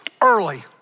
early